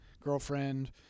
girlfriend